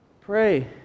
Pray